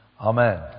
Amen